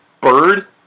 Bird